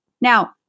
Now